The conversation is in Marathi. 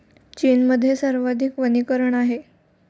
चीनमध्ये सर्वाधिक वनीकरण आहे